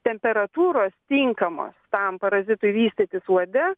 temperatūros tinkamos tam parazitui vystytis uode